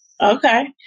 Okay